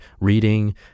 reading